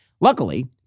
Luckily